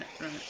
right